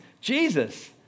Jesus